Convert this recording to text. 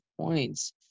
points